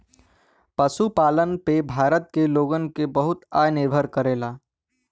पशुपालन पे भारत के लोग क बहुते आय निर्भर करला